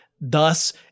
Thus